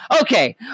Okay